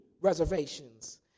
reservations